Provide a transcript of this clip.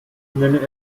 nenn